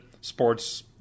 sports